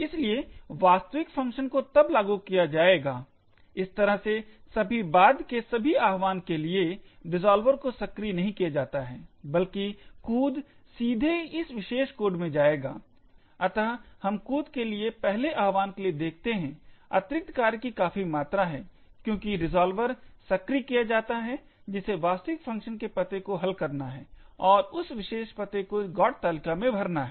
इसलिए वास्तविक फंक्शन को तब लागू किया जाएगा इस तरह से सभी बाद के सभी आह्वान के लिए रिज़ॉल्वर को सक्रिय नहीं किया जाता है बल्कि कूद सीधे इस विशेष कोड में जाएगा अत हम कूद के पहले आह्वान के लिए देखते हैं अतिरिक्त कार्य की काफी मात्रा है क्योंकि रिज़ॉल्वर सक्रिय किया जाता है जिसे वास्तविक फ़ंक्शन के पते को हल करना है और उस विशेष पते को GOT तालिका में भरना है